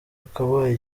akabaye